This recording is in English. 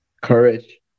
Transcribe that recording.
courage